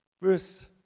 verse